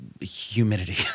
humidity